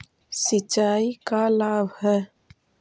सिंचाई का लाभ है?